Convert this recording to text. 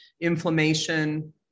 inflammation